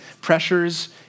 pressures